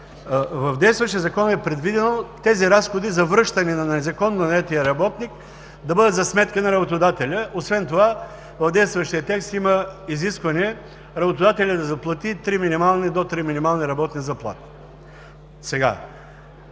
В действащия закон е предвидено разходите за връщане на незаконно наетия работник да бъдат за сметка на работодателя. Освен това в действащия текст има изискване работодателят да заплати до три минимални работни заплати.